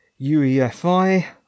UEFI